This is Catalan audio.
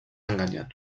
enganyen